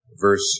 verse